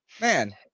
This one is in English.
man